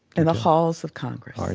in the halls of congress. are you?